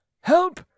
Help